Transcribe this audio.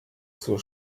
zur